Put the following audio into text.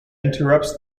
interrupts